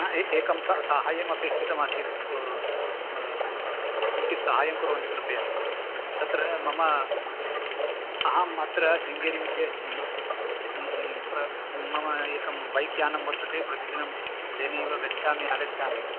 हा एकं सा साहाय्यम् अपेक्षितमासीत् किञ्चित् साहाय्यं कुर्वन्तु कृपया तत्र मम अहम् अत्र शृङ्गेरिमध्ये अस्मि प्र मम एकं बैक्यानं वर्तते प्रतिदिनं तेनैव गच्छामि आगच्छामि